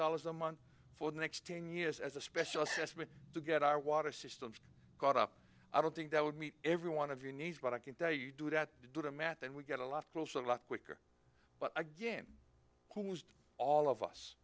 dollars a month for the next ten years as a special assessment to get our water systems caught up i don't think that would meet every one of your needs but i can tell you do that do the math and we get a lot closer a lot quicker but again all of us who's all of us